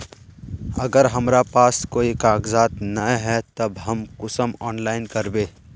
अगर हमरा पास कोई कागजात नय है तब हम कुंसम ऑनलाइन करबे?